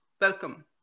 welcome